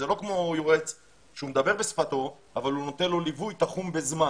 זה לא כמו יועץ שהוא מדבר בשפתו אבל הוא נותן לו ליווי תחום בזמן.